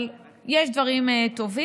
אבל יש דברים טובים,